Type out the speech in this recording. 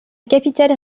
capitale